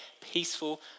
peaceful